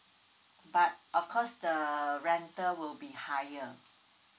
but of course the rental will be higher